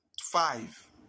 five